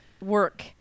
work